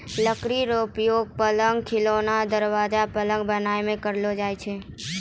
लकड़ी रो उपयोगक, पलंग, खिड़की, दरबाजा, पलंग बनाय मे करलो जाय छै